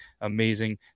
amazing